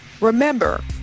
Remember